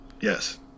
Yes